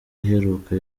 iheruka